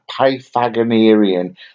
Pythagorean